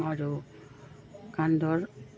আৰু কান্ধৰ